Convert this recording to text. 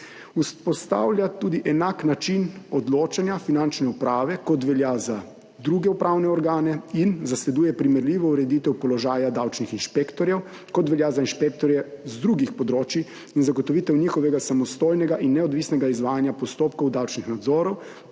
Vzpostavlja tudi enak način odločanja Finančne uprave kot velja za druge upravne organe in zasleduje primerljivo ureditev položaja davčnih inšpektorjev kot velja za inšpektorje z drugih področij in zagotovitev njihovega samostojnega in neodvisnega izvajanja postopkov davčnih nadzorov